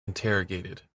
interrogated